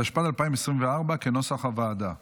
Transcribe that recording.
התשפ"ד 2024, כנוסח הוועדה.